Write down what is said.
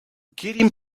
getting